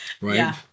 Right